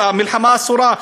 המלחמה אסורה,